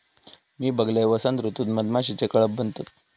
मी बघलंय, वसंत ऋतूत मधमाशीचे कळप बनतत